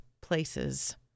places